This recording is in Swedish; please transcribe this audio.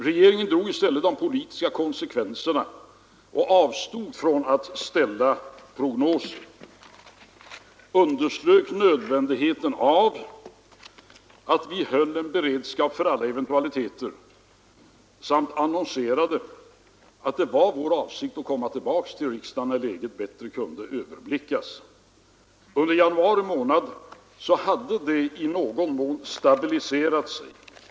Regeringen drog i stället de politiska konsekvenserna och avstod från att ställa prognoser, underströk nödvändigheten av att hålla en beredskap för alla eventualiteter och annonserade att det var vår avsikt att komma tillbaka till riksdagen när läget kunde överblickas bättre. Under januari månad hade läget i någon mån stabiliserats.